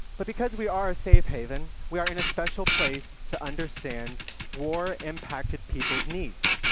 but because we are a safe haven, we are in a special place to understand war-impacted people's needs.